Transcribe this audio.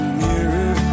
mirror